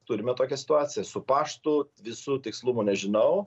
turime tokią situaciją su paštu visų tikslumų nežinau